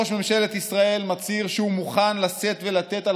ראש ממשלת ישראל מצהיר שהוא מוכן לשאת ולתת על